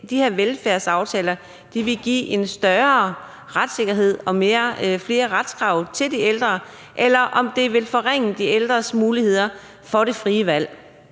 de her velfærdsaftaler vil give en større retssikkerhed og flere retskrav til de ældre, eller om de vil forringe de ældres muligheder for det frie valg?